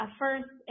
first